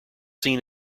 seen